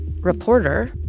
reporter